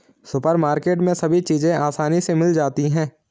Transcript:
supermarket में सभी चीज़ें आसानी से मिल जाती है